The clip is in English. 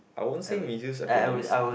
I won't say misuse acronyms